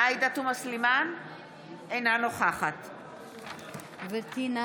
אינה נוכחת גברתי,